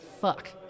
Fuck